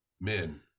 Men